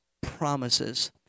promises